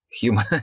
human